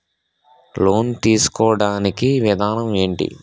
Loan తీసుకోడానికి విధానం ఏంటి?